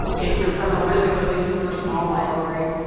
if you're from a really, really super small library,